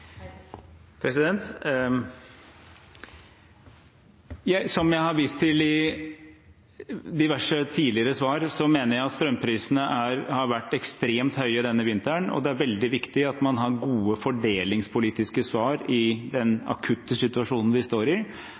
Som jeg har vist til i diverse tidligere svar, mener jeg at strømprisene har vært ekstremt høye denne vinteren, og det er veldig viktig at man har gode fordelingspolitiske svar i den akutte situasjonen vi står i.